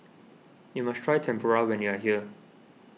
you must try Tempura when you are here